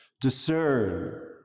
Discern